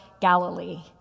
Galilee